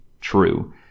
true